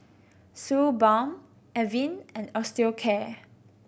Suu Balm Avene and Osteocare